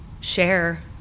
share